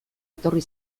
etorri